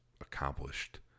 accomplished